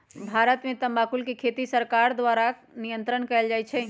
भारत में तमाकुल के खेती सरकार द्वारा नियन्त्रण कएल जाइ छइ